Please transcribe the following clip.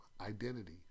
identity